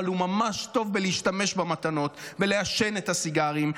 אבל הוא ממש טוב בלהשתמש במתנות ולעשן את הסיגרים.